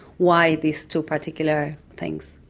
why these two particular things?